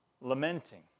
lamenting